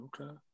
okay